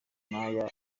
n’aya